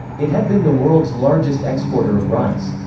it had been the world's largest exporter of rice.